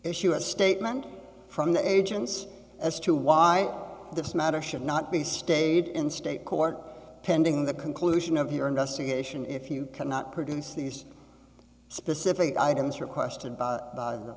issue a statement from the agents as to why this matter should not be stayed in state court pending the conclusion of your investigation if you cannot produce these specific items requested by